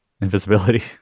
invisibility